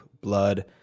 blood